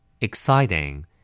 exciting